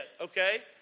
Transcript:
okay